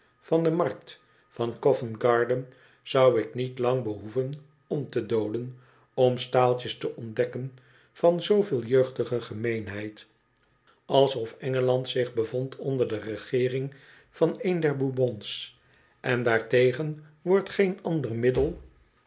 van de markt van covent-garden zou ik niot lang behoeven om te dolen om staaltjes te ontdekken van zooveel jeugdige gemeenheid alsof engeland zich bevond onder de regeering van een der bourbons en daartegen wordt geen ander middel